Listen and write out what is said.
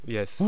Yes